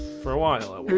for a while ah